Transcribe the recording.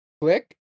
Click